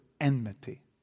enmity